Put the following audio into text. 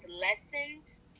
lessons